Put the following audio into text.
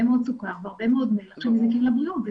מאוד סוכר והרבה מאוד מלח שמזיקים לבריאות.